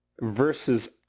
versus